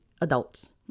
adults